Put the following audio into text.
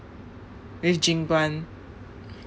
with jing guan